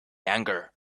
anger